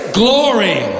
glory